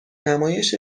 نمایش